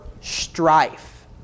strife